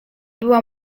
była